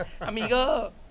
Amigo